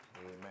Amen